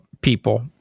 people